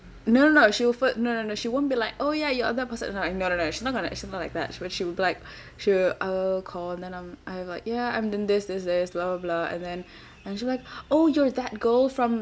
no no no she will first no no no she won't be like oh ya you're that person no no no she's not going to she's not like that she would like she would I will call and then I'm I'm like yeah I'm this this this blah blah blah and then and she will like oh you're that girl from